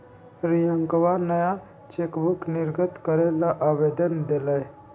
रियंकवा नया चेकबुक निर्गत करे ला आवेदन देलय